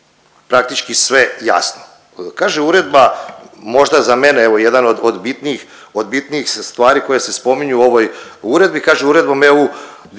praktički sve jasno. Kaže uredba, možda za mene evo jedan od bitnijih stvari koje se spominju u uredbi, kaže Uredbom EU